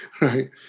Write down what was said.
right